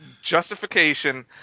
justification